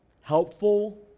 helpful